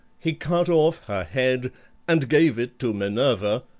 he cut off her head and gave it to minerva,